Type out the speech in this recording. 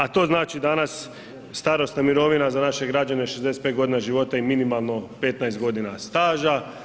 A to znači danas starosna mirovina za naše građane je 65 godina života i minimalno 15 godina staža.